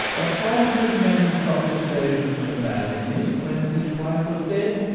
upon his many protestations to marry me when his wife was dead,